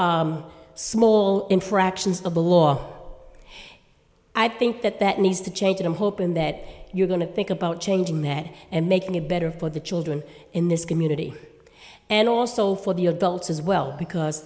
for small infractions the blog i think that that needs to change i'm hoping that you're going to think about changing that and making it better for the children in this community and also for the adults as well because